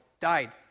died